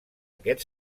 aquest